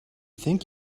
think